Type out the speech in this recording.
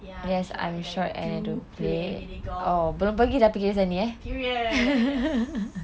ya I'm short and I do play mini golf period yes